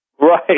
Right